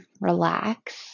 relax